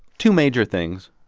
two major things.